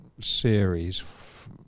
series